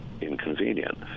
inconvenient